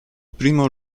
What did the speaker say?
primo